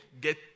get